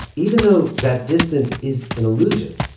even though that distance is an illusion,